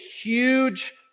huge